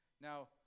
Now